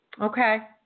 okay